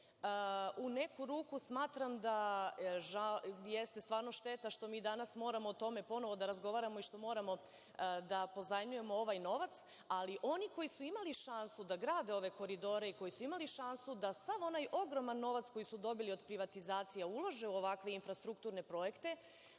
U neku ruku smatram da jeste stvarno šteta što mi danas moramo o tome ponovo da razgovaramo i što moramo da pozajmljujemo ovaj novac, ali oni koji su imali šansu da grade ove koridore, i koji su imali šansu da sav onaj ogroman novac koji su dobili od privatizacija ulažu u ovakve infrastrukturne projekte,